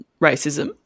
racism